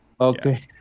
okay